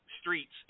Streets